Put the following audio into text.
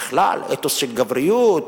בכלל: אתוס של גבריות,